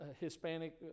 Hispanic